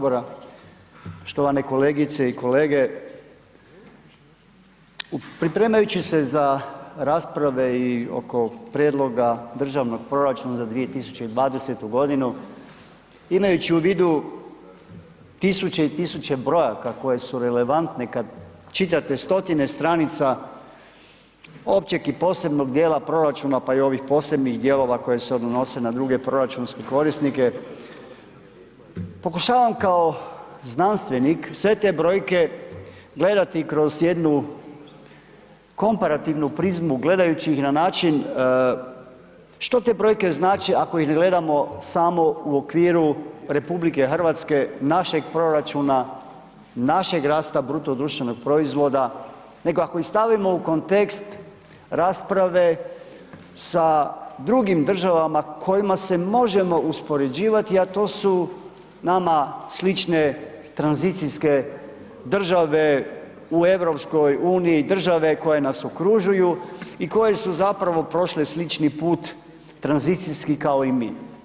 Poštovane kolegice i kolege, pripremajući se za rasprave i oko prijedloga državnog proračuna za 2020.g., imajući u vidu tisuće i tisuće brojaka koje su relevantne kad čitate stotine stranica općeg i posebnog dijela proračuna, pa i ovih posebnih dijelova koje se odnose na druge proračunske korisnike, pokušavam kao znanstvenik sve te brojke gledati kroz jednu komparativnu prizmu gledajući ih na način što te brojke znače ako ih ne gledamo samo u okviru RH, našeg proračuna, našeg rasta BDP-a, nego ako ih stavimo u kontekst rasprave sa drugim državama kojima se možemo uspoređivati, a to su nama slične tranzicijske države u EU, države koje nas okružuju i koje su zapravo prošle slični put tranzicijski kao i mi.